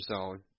zone